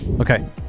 Okay